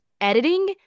editing